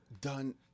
done